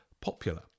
popular